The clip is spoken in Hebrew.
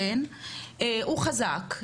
המעסיק חזק,